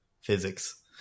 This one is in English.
physics